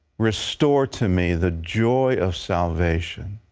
restore to me the joy of salvation.